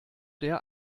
der